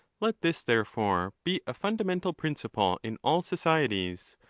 let this, therefore, be a fundamental principle in all societies,